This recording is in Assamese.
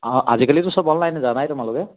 অঁ আজিকালিতো চব অনলাইন জানাই তোমোকে